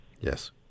Yes